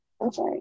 okay